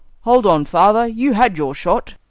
hold on, father, you had your shot.